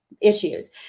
issues